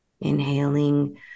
Inhaling